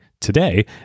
today